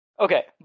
okay